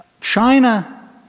China